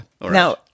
now